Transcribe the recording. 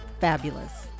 fabulous